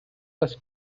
was